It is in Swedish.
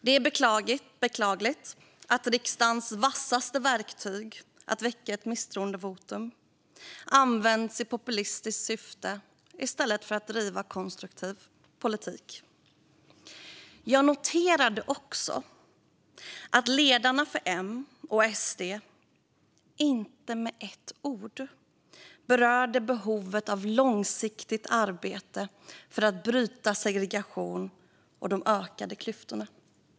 Det är beklagligt att man använder riksdagens vassaste verktyg - misstroendevotum - i populistiskt syfte i stället för att bedriva konstruktiv politik. Jag noterade också att ledarna för M och SD inte med ett ord berörde behovet av ett långsiktigt arbete för att bryta segregationen och de ökade klyftorna.